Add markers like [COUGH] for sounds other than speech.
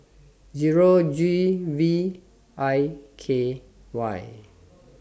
[NOISE] Zero G V I K Y